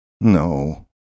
No